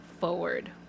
forward